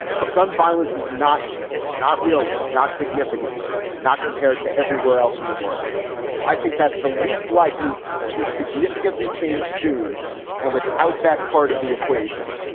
but gun violence is not changing. not really. not significantly. not compared to everywhere else in the world i think that's the least likely to significantly change soon and without that part of the equation,